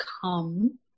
come